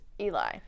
Eli